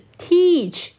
teach